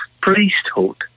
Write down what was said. priesthood